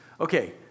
okay